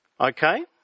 Okay